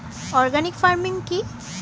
Organic farming কি?